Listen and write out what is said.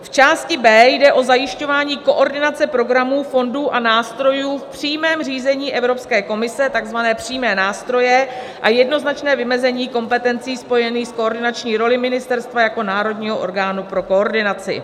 V části B jde o zajišťování koordinace programů, fondů a nástrojů v přímém řízení Evropské komise, takzvané přímé nástroje, a jednoznačné vymezení kompetencí spojených s koordinační rolí ministerstva jako národního orgánu pro koordinaci.